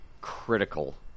critical